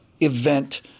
event